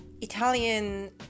Italian